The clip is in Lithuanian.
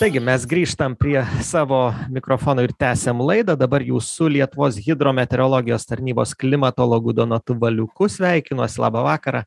taigi mes grįžtam prie savo mikrofono ir tęsiam laidą dabar jūs su lietuvos hidrometeorologijos tarnybos klimatologu donatu baliuku sveikinuos labą vakarą